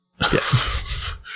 Yes